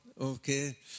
okay